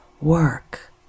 Work